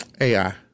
AI